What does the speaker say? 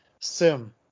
sim